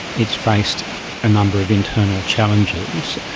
it's faced a number of internal challenges.